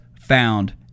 found